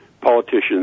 politicians